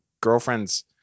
girlfriend's